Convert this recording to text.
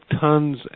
tons